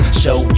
show